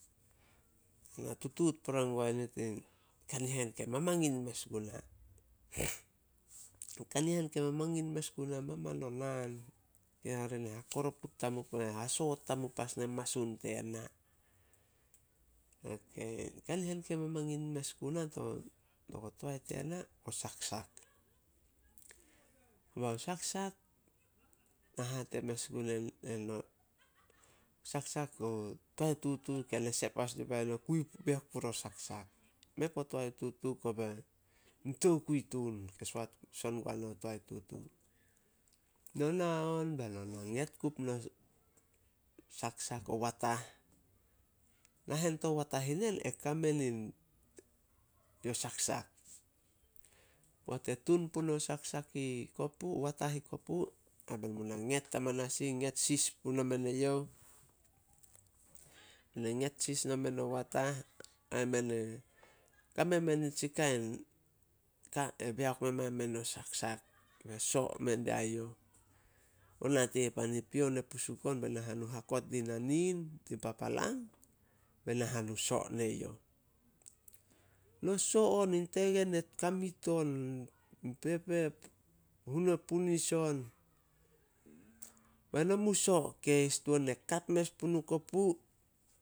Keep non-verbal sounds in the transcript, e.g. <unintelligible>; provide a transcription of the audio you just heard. Na tutuut pore guai nit in kanihen ke mamangin mes gun. <noise> Kanihen ke mamangin mes guna maman o naan. Ke hare ne hakoroput tamup <unintelligible> hasoot tamup as ai masun tena. <unintelligible> Kanihen ke mamangin mes guna to- togo toae tena o saksak. <laughs> Mei puo toae tutu, kobai in tokui tun ke <unintelligible> son guana toae tutu. No na on beno na nget kup no <unintelligible> watah, nahen to watah i nen, e kame nin, yo saksak. Poat e tun puno <unintelligible> watah i kopu, ai men muna nget hamanas ih, nget sis puno men eyouh- nget sis nomen o watah. Ai, men e kame men nitsi kain ka e beiok mema men o sak, so mendia youh. O nate pan i pion e pusuk on be nahanu hakot dina nil tein papalang, be nahanu so ne youh. No so on in tegen e kamit on in pepe hunoa punis on. Bae nomu so keis tuan e kapu mes punouh kopu.